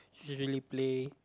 we really play